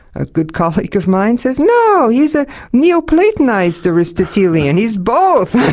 a good colleague of mine, says, no, he's a neo-platonised aristotelian. he's both.